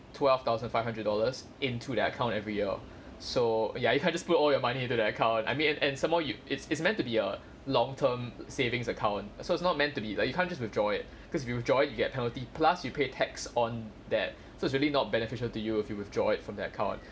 twelve thousand five hundred dollars into their account every year so ya you can't just put all your money into that account I mean and and some more you it's it's meant to be a long term savings account so it's not meant to be like you can't just withdraw it because if you withdraw it you get penalty plus you pay tax on that so it's really not beneficial to you if you withdraw it from their account